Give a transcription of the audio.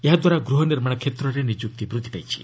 ଏହାଦ୍ୱରା ଗୃହ ନିର୍ମାଣ କ୍ଷେତ୍ରରେ ନିଯୁକ୍ତି ବୃଦ୍ଧି ପାଇଛି